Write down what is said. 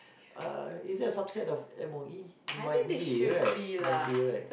uh is it a subset of M_O_E might be right might be right